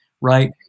right